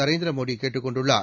நரேந்திரமோ டிகேட்டுக்கொண்டுள்ளார்